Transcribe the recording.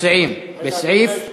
מציעים בסעיף קטן,